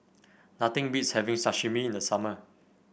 nothing beats having Sashimi in the summer